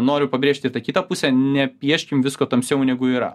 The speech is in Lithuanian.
noriu pabrėžti tą kitą pusę nepieškim visko tamsiau negu yra